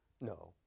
no